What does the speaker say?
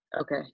Okay